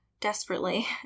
desperately